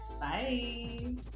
bye